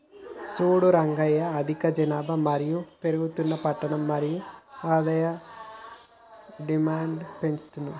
సూడు రంగయ్య అధిక జనాభా మరియు పెరుగుతున్న పట్టణ మరియు గ్రామం ఆదాయం డిమాండ్ను పెంచుతున్నాయి